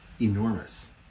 Enormous